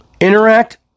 Interact